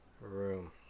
room